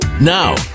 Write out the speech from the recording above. Now